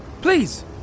Please